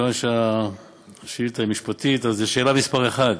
מכיוון שהשאילתה היא משפטית, אז לשאלה מס' 1: